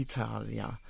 Italia